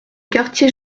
quartier